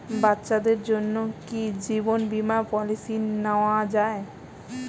বাচ্চাদের জন্য কি জীবন বীমা পলিসি নেওয়া যায়?